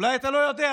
אולי אתה לא יודע,